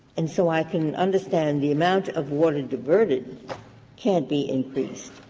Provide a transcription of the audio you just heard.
and so i can and understand, the amount of water diverted can't be increased.